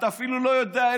אתה אפילו לא יודע,